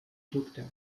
docteur